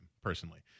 personally